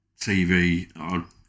TV